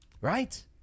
Right